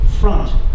front